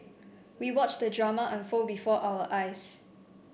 we watched the drama unfold before our eyes